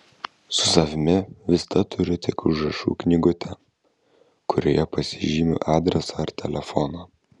su savimi visada turiu tik užrašų knygutę kurioje pasižymiu adresą ar telefoną